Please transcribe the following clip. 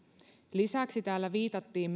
lisäksi täällä viitattiin